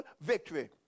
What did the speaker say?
victory